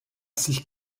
sich